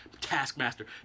Taskmaster